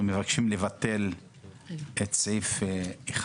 אנחנו מבקשים לבטל את סעיף 1